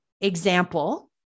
example